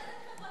המדהים הוא,